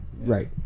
Right